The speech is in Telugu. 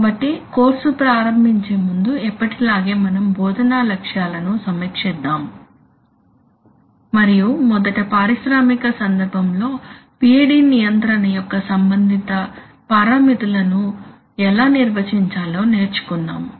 కాబట్టి కోర్సు ప్రారంభించే ముందు ఎప్పటిలాగే మనం బోధనా లక్ష్యాలను సమీక్షిద్దాము మరియు మొదట పారిశ్రామిక సందర్భంలో PID నియంత్రణ యొక్క సంబంధిత పారామితులను ఎలా నిర్వచించాలో నేర్చుకుందాము